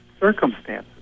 circumstances